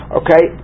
okay